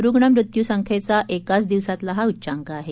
रुग्ण मृत्यूसंख्येचा एकाच दिवसातला हा उच्चांक आहे